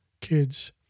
kids